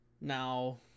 Now